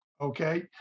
Okay